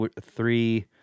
three